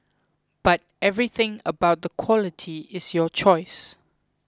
but everything about the quality is your choice